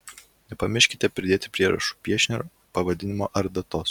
nepamirškite pridėti prierašų piešinio pavadinimo ar datos